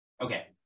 Okay